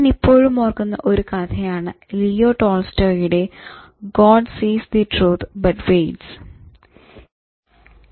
ഞാൻ ഇപ്പോഴും ഓർക്കുന്ന ഒരു കഥയാണ് ലിയോ ടോൾസ്റ്റോയ് യുടെ "God sees the truth but waits" God Sees the Truth but Waits